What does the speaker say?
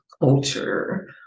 culture